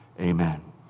Amen